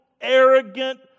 arrogant